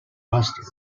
mustard